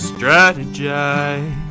strategize